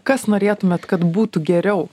kas norėtumėt kad būtų geriau